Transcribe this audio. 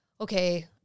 okay